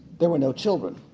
there were no children.